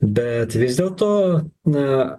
bet vis dėlto na